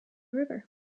river